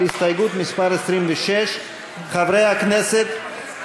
הסתייגות מס' 26. שמית?